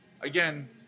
again